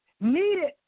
needed